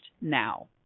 now